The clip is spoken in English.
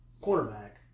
quarterback